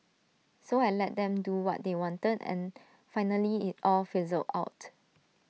so I let them do what they wanted and finally IT all fizzled out